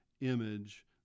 image